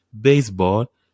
baseball